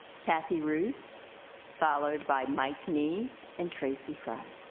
cathy ruse followed by mike nie and tracy fry.